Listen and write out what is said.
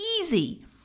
easy